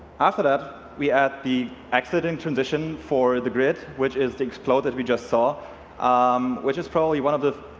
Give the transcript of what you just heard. after that, we add the exiting transition for the grid which is the explode that we just saw um which is probably one of the